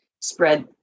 spread